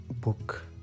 book